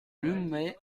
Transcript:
loumet